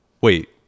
Wait